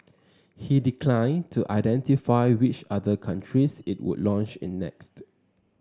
he declined to identify which other countries it would launch in next